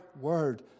Word